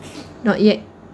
not yet